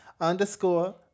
underscore